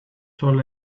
told